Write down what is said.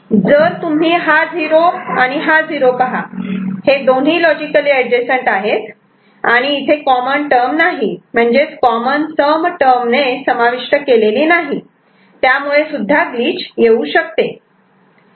जर तुम्ही हा झिरो आणि हा झिरो पहा हे दोन्ही लॉजिकली एडजसंट आहेत आणि इथे कॉमन टर्म नाही म्हणजेच कॉमन सम टर्मणे समाविष्ट केलेली नाही आणि त्यामुळे सुद्धा ग्लिच येऊ शकते